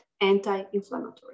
anti-inflammatory